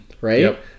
right